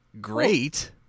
great